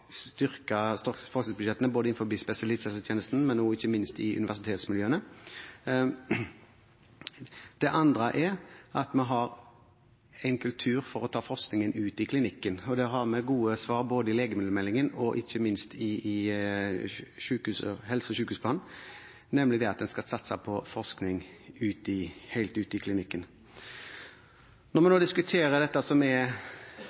spesialisthelsetjenesten, men ikke minst også innenfor universitetsmiljøene. Det andre er at vi har en kultur for å ta forskningen ute i klinikkene. Der har vi gode svar både i legemiddelmeldingen og ikke minst i helse- og sykehusplanen, nemlig at vi skal satse på forskning helt ute i klinikkene. Når vi nå diskuterer dette, som er